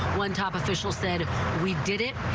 one top official said we did it.